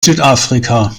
südafrika